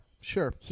sure